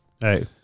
Hey